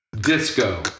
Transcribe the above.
Disco